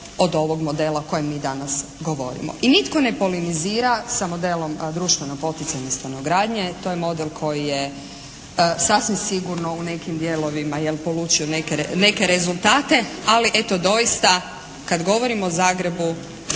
od ovog modela o kojem mi danas govorimo i nitko ne polemizira sa modelom društveno-poticajne stanogradnje, to je model koji je sasvim sigurno u nekim dijelovima jel' polučio neke rezultate. Ali eto doista kad govorim o Zagrebu,